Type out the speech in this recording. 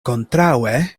kontraŭe